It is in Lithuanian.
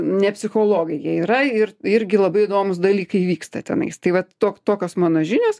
ne psichologai jie yra ir irgi labai įdomūs dalykai vyksta tenais tai va toks tokios mano žinios